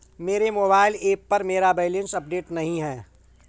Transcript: मेरे mobile app पर मेरा बैलेंस अपडेट नहीं है